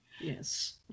yes